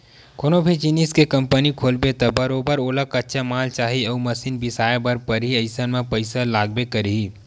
कोनो भी जिनिस के कंपनी खोलबे त बरोबर ओला कच्चा माल चाही अउ मसीन बिसाए बर परही अइसन म पइसा लागबे करही